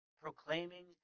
proclaiming